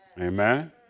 Amen